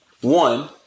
one